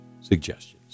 suggestions